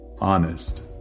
honest